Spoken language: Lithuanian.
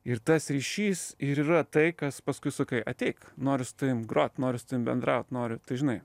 ir tas ryšys ir yra tai kas paskui sakai ateik noriu su tavim grot noriu su tavim bendraut noriu tai žinai